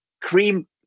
Cream